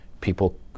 people